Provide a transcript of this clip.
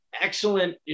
excellent